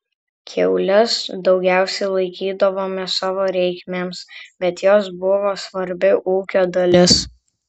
kiaules daugiausiai laikydavome savo reikmėms bet jos buvo svarbi ūkio dalis